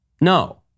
No